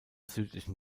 südlichen